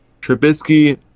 Trubisky